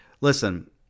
listen